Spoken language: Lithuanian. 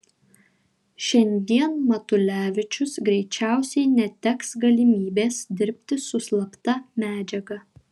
šiandien matulevičius greičiausiai neteks galimybės dirbti su slapta medžiaga